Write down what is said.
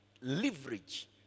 leverage